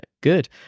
Good